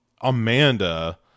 amanda